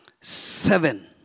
Seven